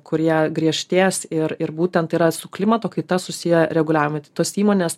kurie griežtės ir ir būtent tai yra su klimato kaita susiję reguliavimai tai tos įmonės